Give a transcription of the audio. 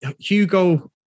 Hugo